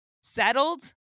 settled